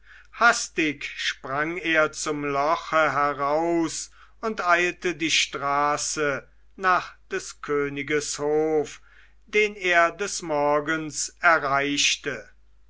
hastig sprang er zum loche heraus und eilte die straße nach des königes hof den er des morgens erreichte